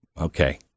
Okay